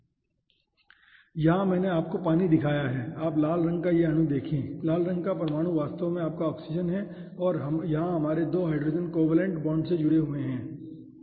तो यहाँ मैंने आपको पानी दिखाया है आप लाल रंग का यह अणु देखें लाल रंग का परमाणु वास्तव में आपकी ऑक्सीजन है और यहाँ हमारे 2 हाइड्रोजन कोवैलेन्ट बांड्स से जुड़े हुए हैं ठीक है